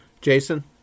jason